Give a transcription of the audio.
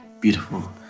beautiful